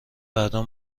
بعدا